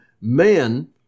men